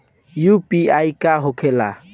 UPI का होखेला?